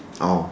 oh